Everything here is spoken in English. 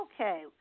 Okay